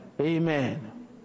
amen